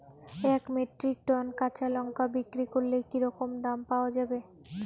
এক metric tonne কাঁচা লঙ্কা বিক্রি করলে কি রকম দাম পাওয়া যাবে?